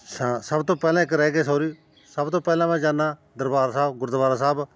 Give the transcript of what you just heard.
ਸਾ ਸਭ ਤੋਂ ਪਹਿਲਾਂ ਇੱਕ ਰਹਿ ਗਿਆ ਸੋਰੀ ਸਭ ਤੋਂ ਪਹਿਲਾਂ ਮੈਂ ਜਾਂਦਾ ਦਰਬਾਰ ਸਾਹਿਬ ਗੁਰਦੁਆਰਾ ਸਾਹਿਬ